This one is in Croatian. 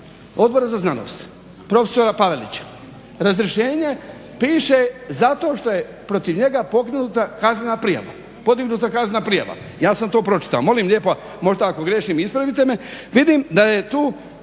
odbora za znanost, profesora Pavelića, razrješenje piše zato što je protiv njega pokrenuta kaznena prijava, podignuta kaznena prijava. Ja sam to pročitao. Molim lijepo možda ako griješim ispravite me.